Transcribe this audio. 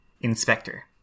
inspector